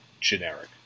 generic